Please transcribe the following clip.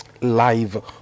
live